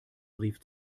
brief